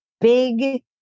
big